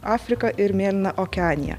afrika ir mėlyna okeanija